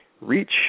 reach